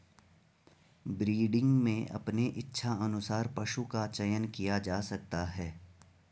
breeding में अपने इच्छा अनुसार पशु का चयन किया जा सकता है